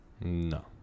No